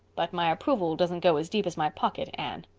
but my approval doesn't go as deep as my pocket, anne.